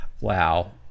wow